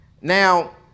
Now